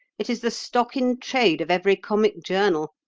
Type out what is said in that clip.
it is the stock-in-trade of every comic journal.